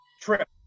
trip